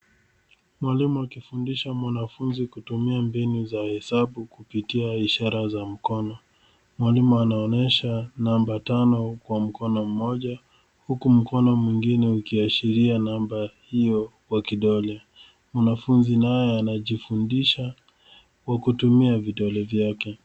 Mwalimu akifundisha mwanafunzi kutumia mbinu za hesabu kupitia ishara za mkono. Mwalimu anaonyesha namba tano huku kwa mkono mmoja huku mkono mwingine ukiashiria namba hiyo kwa kidole. Mwanafunzi naye anajifundisha kwa kutumia vidole vyake.